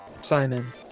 Simon